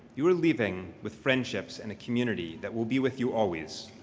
you are leaving with friendships and a community that will be with you always.